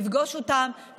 לפגוש אותם,